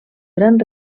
gran